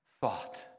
thought